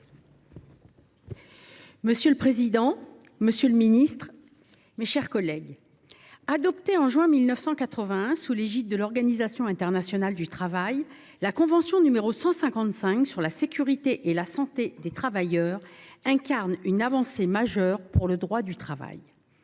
Monsieur le président, monsieur le ministre, mes chers collègues, adoptée en juin 1981 sous l’égide de l’Organisation internationale du travail, la convention n° 155 sur la sécurité et la santé des travailleurs représente une avancée majeure pour le droit du travail.